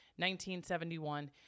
1971